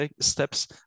steps